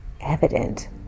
evident